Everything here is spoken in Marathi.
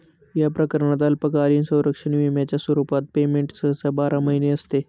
या प्रकरणात अल्पकालीन संरक्षण विम्याच्या स्वरूपात पेमेंट सहसा बारा महिने असते